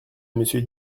monsieur